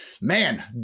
Man